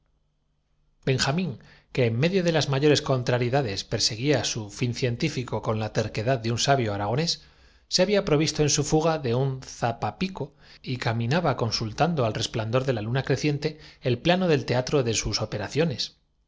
benjamín que en medio de las mayores contrarie no tardó en hacerse el eco general y de concesión en dades perseguía su fin científico con la terquedad de concesión los pompeyanos consiguieron que les res un sabio aragonés se había provisto en su fuga de un tituyesen no sólo los laquearlos que por un lazo es zapapico y caminaba consultando al resplandor de la curridizo tirado con destreza procuraban detener y luna creciente el plano del teatro de sus